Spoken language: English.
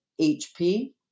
HP